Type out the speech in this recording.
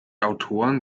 autoren